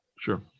Sure